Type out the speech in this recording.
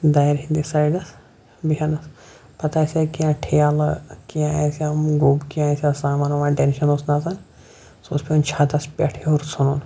دارِ ہِنٛدی سایڈَس بِیٚہنَس پَتہٕ آسہِ ہا کینٛہہ ٹھیلہٕ کینٛہہ آسہِ ہا گوٚب کیںٛہہ آسہِ ہا سامان وۄنۍ ٹٮ۪نشَن اوس نہٕ آسان سُہ اوس پیٚوان چھَتَس پٮ۪ٹھ ہیٚور ژھٕنُن